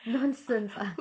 nonsense ah